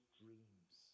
dreams